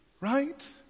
right